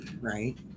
Right